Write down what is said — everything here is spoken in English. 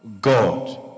God